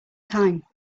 time